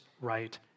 right